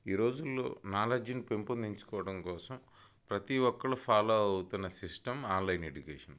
ఈరోజుల్లో నాలెడ్జ్ని పెంపొందించుకోవడం కోసం ప్రతీ ఒక్కళ్ళు ఫాలో అవుతున్న సిస్టం ఆన్లైన్ ఎడ్యుకేషన్